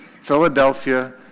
Philadelphia